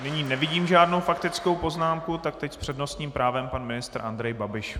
Nyní nevidím žádnou faktickou poznámku, tak teď s přednostním právem pan ministr Andrej Babiš.